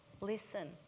Listen